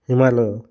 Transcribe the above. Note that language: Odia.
ହିମାଳୟ